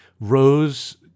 Rose